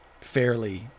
fairly